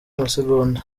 amasegonda